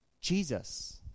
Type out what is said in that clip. Jesus